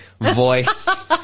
voice